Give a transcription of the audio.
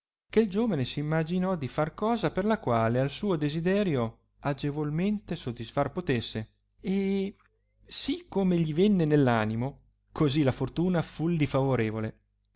che il giovane s imaginò di far cosa per la quale al suo desiderio agevolmente sodisfar potesse e sì come gli venne nell animo così la fortuna fulli favorevole